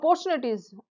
opportunities